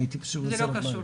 לא קשור לדיון.